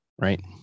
Right